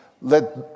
Let